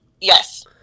Yes